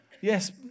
Yes